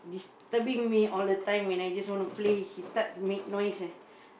disturbing me all the time when I just want to play he start to make noise ah